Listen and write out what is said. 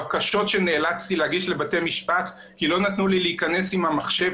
בקשות שנאלצתי להגיש לבתי משפט כי לא נתנו לי להיכנס עם המחשב